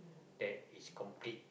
that is complete